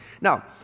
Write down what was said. Now